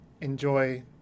Enjoy